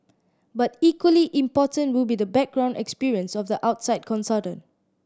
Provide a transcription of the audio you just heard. but equally important will be the background experience of the outside consultant